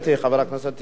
חבר הכנסת יריב,